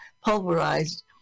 pulverized